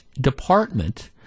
department